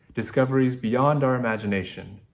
discoveries beyond our imagination,